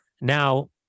Now